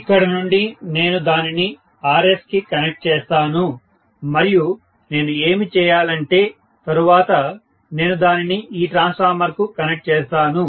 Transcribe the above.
ఇక్కడ నుండి నేను దానిని Rsకి కనెక్ట్S చేస్తాను మరియు నేను ఏమి చేయాలంటే తరువాత నేను దానిని ఈ ట్రాన్స్ఫార్మర్కు కనెక్ట్ చేస్తాను